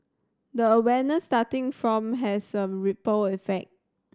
the awareness starting from has a ripple effect